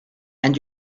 and